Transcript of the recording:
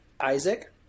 Isaac